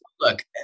Look